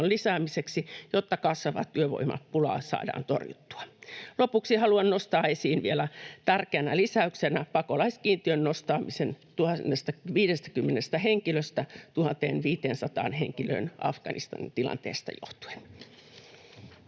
lisäämiseksi, jotta kasvavaa työvoimapulaa saadaan torjuttua. Lopuksi haluan nostaa esiin vielä tärkeänä lisäyksenä pakolaiskiintiön nostamisen 1 050 henkilöstä 1 500 henkilöön Afganistanin tilanteesta johtuen.